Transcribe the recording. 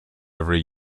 every